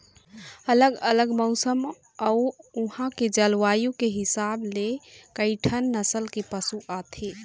अलग अलग मउसन अउ उहां के जलवायु के हिसाब ले कइठन नसल के पशु आथे